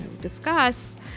discuss